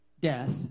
death